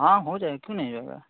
हाँ हो जाएगा क्यों नहीं हो जाएगा